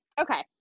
okay